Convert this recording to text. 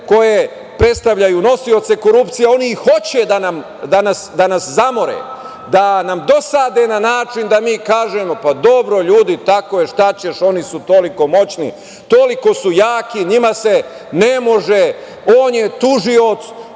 koje predstavljaju nosioce korupcije, oni i hoće da nas zamore, da nam dosade na način da mi kažemo - pa, dobro, ljudi, tako je šta ćeš, oni toliko moćni, toliko su jaki, njima se ne može, on je tužilac,